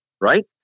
right